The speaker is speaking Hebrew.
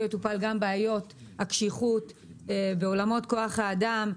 יטופלו גם בעיות הקשיחות בעולמות כוח האדם,